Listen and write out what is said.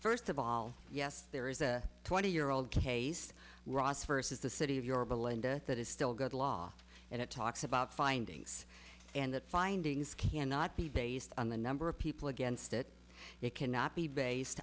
first of all yes there is a twenty year old case ross versus the city of yorba linda that is still good law and it talks about findings and the findings cannot be based on the number of people against it it cannot be based